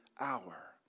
hour